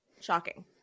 shocking